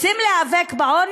רוצים להיאבק בעוני?